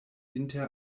inter